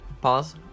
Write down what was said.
Pause